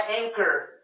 Anchor